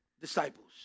disciples